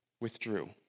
withdrew